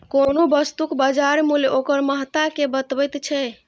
कोनो वस्तुक बाजार मूल्य ओकर महत्ता कें बतबैत छै